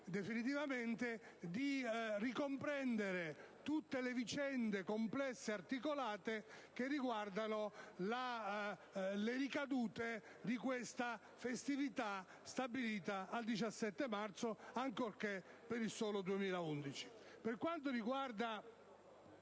definitivamente), di ricomprendere tutte le vicende complesse e articolate che riguardano le ricadute di tale festività fissata per il 17 marzo, ancorché per il solo 2011. Per quanto riguarda